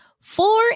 four